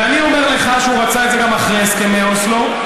ואני אומר לך שהוא רצה את זה גם אחרי הסכמי אוסלו.